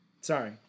Sorry